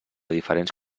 diferents